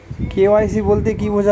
KYC বলতে কি বোঝায়?